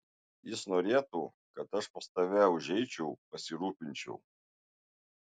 jis norėtų kad aš pas tave užeičiau pasirūpinčiau